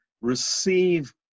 receive